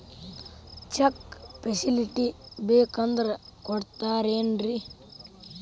Check facility ಬೇಕಂದ್ರ ಕೊಡ್ತಾರೇನ್ರಿ?